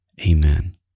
amen